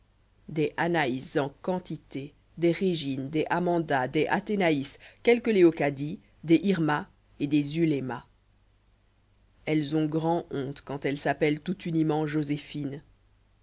des anaïs en quantité des régine des amanda des athénaïs quelques léocadie des irma et des zuléma elles ont grand honte quand elles s'appellent tout uniment joséphine